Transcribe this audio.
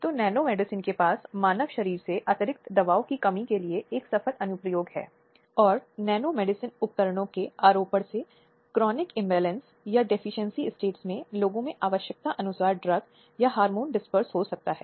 क्या कानून का मानना है कि यह अपराध का एक उग्र रूप बनाता है जो कानून के तहत उच्च दंड को आकर्षित करता है